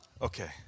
okay